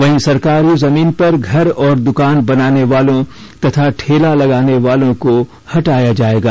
वहीं सरकारी जमीन पर घर और दुकान बनाने वालों तथा ठेला लगाने वालों को हटाया जाएगा